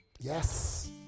Yes